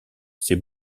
c’est